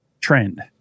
trend